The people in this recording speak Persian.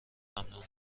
ممنونم